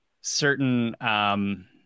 certain